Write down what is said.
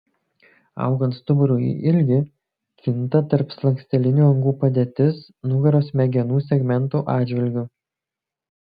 augant stuburui į ilgį kinta tarpslankstelinių angų padėtis nugaros smegenų segmentų atžvilgiu